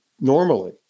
normally